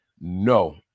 no